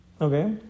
Okay